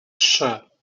trzy